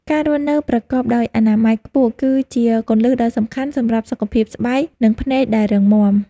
ការរស់នៅប្រកបដោយអនាម័យខ្ពស់គឺជាគន្លឹះដ៏សំខាន់សម្រាប់សុខភាពស្បែក និងភ្នែកដែលរឹងមាំ។